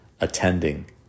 attending